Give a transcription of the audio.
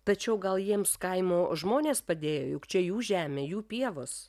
tačiau gal jiems kaimo žmonės padėjo juk čia jų žemė jų pievos